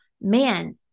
man